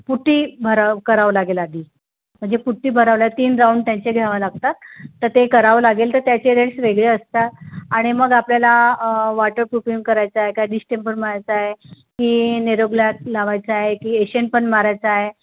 putty भराव करावं लागेल आधी म्हणजे पुट्टी भरवल्या तीन राऊंड त्यांचे घ्यावं लागतात तर ते करावं लागेल तर त्याचे रेट्स वेगळे असतात आणि मग आपल्याला वॉटरप्रूफिंग करायचं आहे काय डिश्टेम्पर मारायचं आहे की नेरोग्लास लावायचा आहे की एशियन पण मारायचा आहे